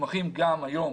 מוסמכים גם היום